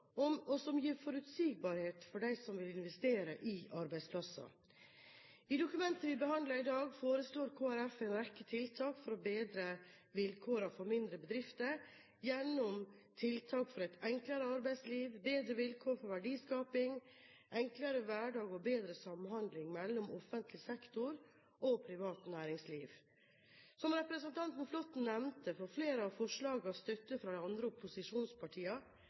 og som gir forutsigbarhet for dem som vil investere i arbeidsplasser. I dokumentet vi behandler i dag, foreslår Kristelig Folkeparti en rekke tiltak for å bedre vilkårene for mindre bedrifter gjennom tiltak for et enklere arbeidsliv, bedre vilkår for verdiskaping, enklere hverdag og bedre samhandling mellom offentlig sektor og privat næringsliv. Som representanten Flåtten nevnte, får flere av forslagene støtte fra de andre